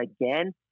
again